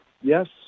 Yes